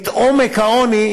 את עומק העוני.